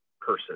person